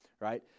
right